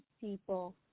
people